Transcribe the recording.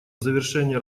завершение